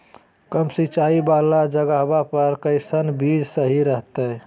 कम सिंचाई वाला जगहवा पर कैसन बीज सही रहते?